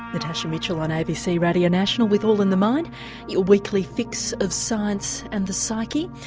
natasha mitchell on abc radio national with all in the mind your weekly fix of science and the psyche.